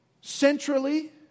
centrally